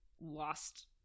lost